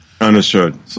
Understood